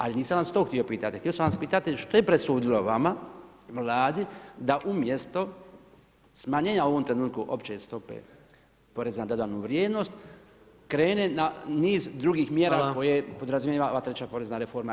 Ali nisam vas to htio pitati, htio sam vas pitati što je presudilo vama, vladi, da umjesto smanjenja u ovom trenutku opće stope poreza na dodanu vrijednost krene na niz drugih mjera koje podrazumijeva ova treća porezna reforma?